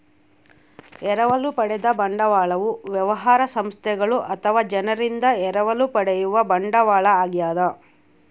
ಎರವಲು ಪಡೆದ ಬಂಡವಾಳವು ವ್ಯವಹಾರ ಸಂಸ್ಥೆಗಳು ಅಥವಾ ಜನರಿಂದ ಎರವಲು ಪಡೆಯುವ ಬಂಡವಾಳ ಆಗ್ಯದ